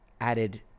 added